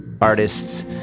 artists